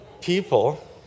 people